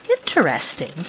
interesting